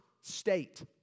state